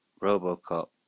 Robocop